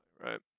right